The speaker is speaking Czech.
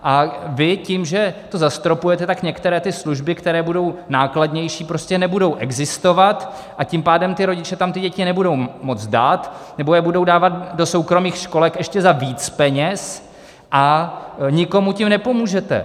A vy tím, že to zastropujete, tak některé ty služby, které budou nákladnější, prostě nebudou existovat, a tím pádem rodiče tam ty děti nebudou moci dát nebo je budou dávat do soukromých školek ještě za víc peněz, a nikomu tím nepomůžete.